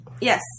Yes